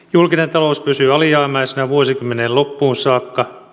julkinen talous pysyy alijäämäisenä vuosikymmenen loppuun saakka